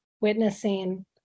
witnessing